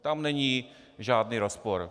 Tam není žádný rozpor.